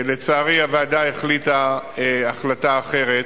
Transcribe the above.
לצערי, הוועדה החליטה החלטה אחרת.